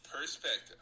perspective